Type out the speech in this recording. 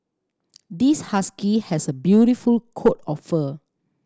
this husky has a beautiful coat of fur